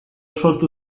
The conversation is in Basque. sortu